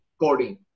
coding